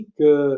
que